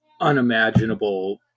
unimaginable